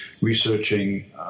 researching